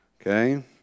Okay